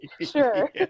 sure